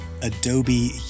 Adobe